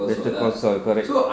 better call saul correct